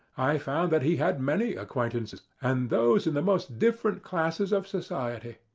i found that he had many acquaintances, and those in the most different classes of society.